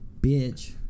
bitch